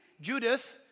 Judith